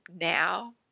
now